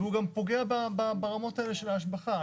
וזה פוגע ברמות האלה של השבחה.